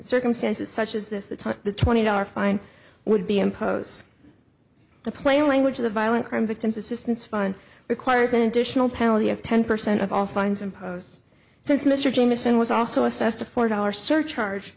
circumstances such as this the time the twenty dollar fine would be impose the plain language of the violent crime victims assistance fund requires an additional penalty of ten percent of all fines imposed since mr jamieson was also assessed a four dollar surcharge